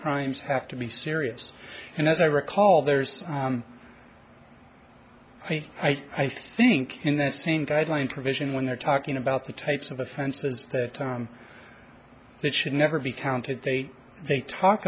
crimes have to be serious and as i recall there's a i think in that same guideline provision when they're talking about the types of offenses that should never be counted they they talk